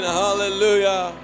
hallelujah